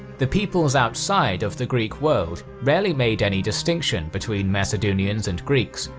the peoples outside of the greek world rarely made any distinction between macedonians and greeks,